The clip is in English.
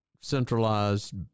centralized